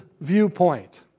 viewpoint